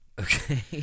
Okay